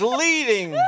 leading